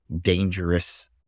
dangerous